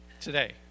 today